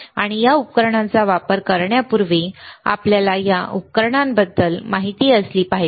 आणि या उपकरणाचा वापर करण्यापूर्वी आपल्याला या उपकरणाबद्दल माहिती असली पाहिजे